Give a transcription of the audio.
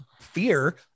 fear